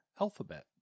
Alphabet